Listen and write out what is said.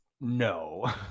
No